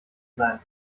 sein